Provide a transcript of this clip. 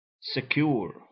secure